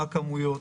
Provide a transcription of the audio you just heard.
מה הכמויות,